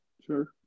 Sure